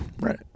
Right